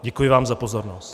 Děkuji vám za pozornost.